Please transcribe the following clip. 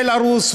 בלרוס,